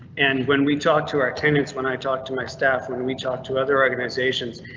and when we talk to our tenants, when i talk to my staff, when we talk to other organizations,